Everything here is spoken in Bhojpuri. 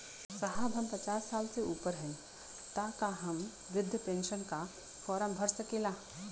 साहब हम पचास साल से ऊपर हई ताका हम बृध पेंसन का फोरम भर सकेला?